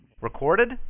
Recorded